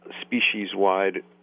species-wide